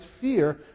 fear